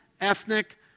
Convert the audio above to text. ethnic